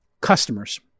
customers